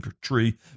tree